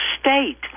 state